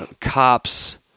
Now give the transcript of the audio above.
cops